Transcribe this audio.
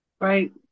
Right